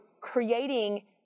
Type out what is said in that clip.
creating